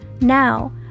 Now